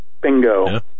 Bingo